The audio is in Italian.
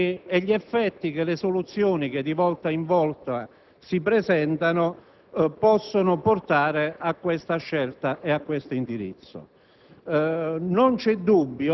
e gli effetti che le soluzioni, che di volta in volta si presentano, possono portare a questa scelta e a questo indirizzo.